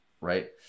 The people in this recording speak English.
right